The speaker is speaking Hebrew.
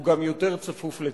הוא גם יותר צפוף לצרות.